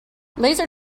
laser